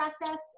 process